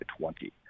20